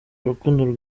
urukundo